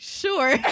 sure